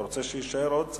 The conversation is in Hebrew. אתה רוצה שהוא יישאר עוד קצת?